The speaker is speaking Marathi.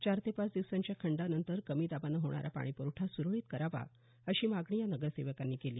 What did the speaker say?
चार ते पाच दिवसांच्या खंडानंतर कमी दाबानं होणारा पाणी प्रवठा स्ररळीत करावा अशी मागणी या नगरसेवकांनी केली